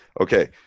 Okay